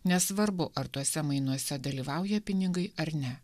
nesvarbu ar tuose mainuose dalyvauja pinigai ar ne